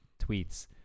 tweets